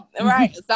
Right